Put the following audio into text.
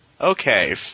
Okay